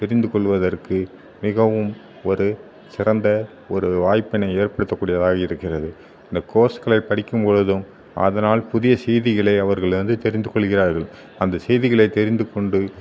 தெரிந்து கொள்வதற்கு மிகவும் ஒரு சிறந்த ஒரு வாய்ப்பினை ஏற்படுத்தக்குடியதாக இருக்கிறது இந்த கோர்ஸ்களை படிக்கும் பொழுதும் அதனால் புதிய செய்திகளை அவர்கள் வந்து தெரிந்து கொள்கிறார்கள் அந்த செய்திகளை தெரிந்து கொண்டு